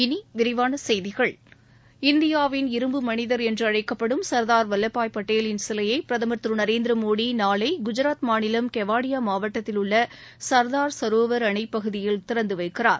இனிவிரிவானசெய்திகள் இந்தியாவின் இரும்பு மனிதர் என்றுஅழைக்கப்படும் சர்தார் வல்லபாய் பட்டேலின் சிலையைபிரதமர் திருநரேந்திரமோடி நாளைகுஜாத் மாநிலம் கெவாடியாமாவட்டத்தில் உள்ளசர்தார் சரோவர் அணப்பகுதியில் திறந்துவைக்கிறார்